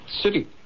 City